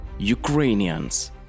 Ukrainians